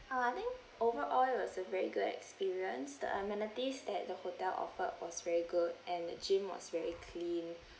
uh I think overall it was a very good experience the amenities that the hotel offered was very good and the gym was very clean